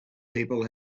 people